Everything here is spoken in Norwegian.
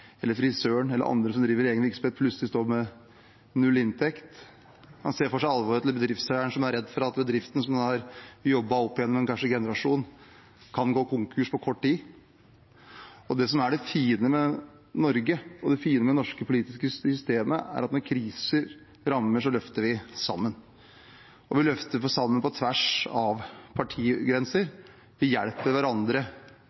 eller andre som driver egen virksomhet og plutselig står med null i inntekt. Man ser for seg alvoret til bedriftseieren som er redd for at bedriften, som han har jobbet opp gjennom kanskje en generasjon, kan gå konkurs på kort tid. Det som er det fine med Norge, det fine med det norske politiske systemet, er at når kriser rammer, løfter vi sammen, og vi løfter sammen på tvers av